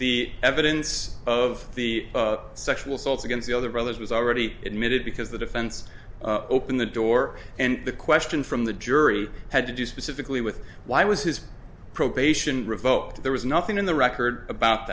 the evidence of the sexual assaults against the other brothers was already admitted because the defense opened the door and the question from the jury had to do specifically with why was his probation revoked there was nothing in the record about